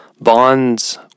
bonds